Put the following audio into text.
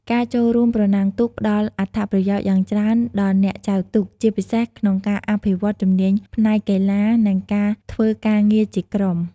ការចូលរួមប្រណាំងទូកផ្ដល់អត្ថប្រយោជន៍យ៉ាងច្រើនដល់អ្នកចែវទូក ជាពិសេសក្នុងការអភិវឌ្ឍជំនាញផ្នែកកីឡា និងការធ្វើការងារជាក្រុម។